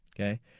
Okay